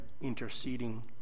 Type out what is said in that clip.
interceding